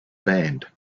band